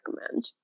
recommend